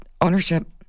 ownership